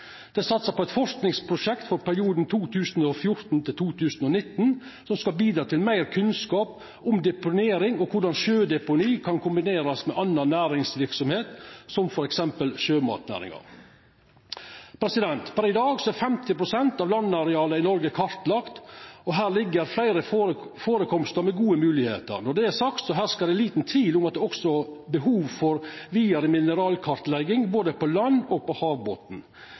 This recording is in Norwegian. Det er satsa på eit forskingsprosjekt for perioden 2014–2019 som skal bidra til meir kunnskap om deponering og korleis sjødeponi kan kombinerast med annan næringsverksemd, som f.eks. sjømatnæringa. Per i dag er 50 pst. av landarealet i Noreg kartlagt. Her ligg fleire førekomstar med gode moglegheiter. Når det er sagt, herskar det liten tvil om at det også er behov for vidare mineralkartlegging, både på land og på havbotnen.